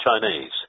Chinese